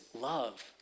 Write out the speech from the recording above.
love